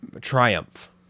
triumph